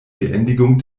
beendigung